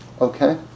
okay